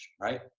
right